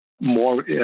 more